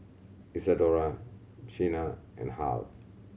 Isadora Shenna and Hal